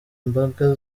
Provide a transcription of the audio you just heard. imbaga